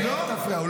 מתבייש, ינון?